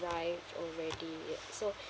arrived already ya so